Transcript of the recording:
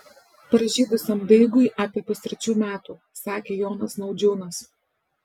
pražydusiam daigui apie pustrečių metų sakė jonas naudžiūnas